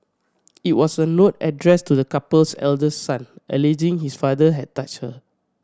it was a note addressed to the couple's eldest son alleging his father had touched her